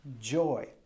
joy